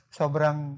sobrang